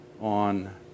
on